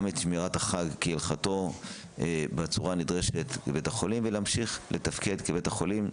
שמירת החג כהלכתו בצורה הנדרשת בבתי החולים ולהמשיך לתפקד כבית חולים.